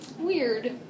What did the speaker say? Weird